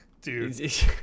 dude